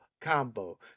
combo